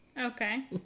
okay